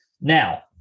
Now